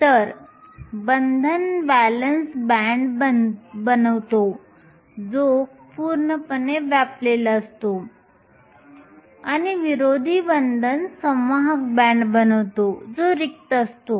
तर बंधन valence band बनवतो जो पूर्णपणे व्यापलेला असतो आणि विरोधी बंधन संवाहक बँड बनवतो जो रिक्त असतो